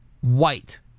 white